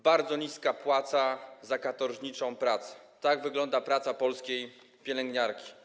Bardzo niska płaca za katorżniczą pracę - tak wygląda praca polskiej pielęgniarki.